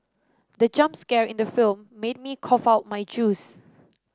the jump scare in the film made me cough out my juice